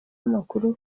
amakuru